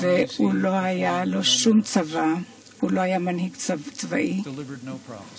הוא לא חבש כתר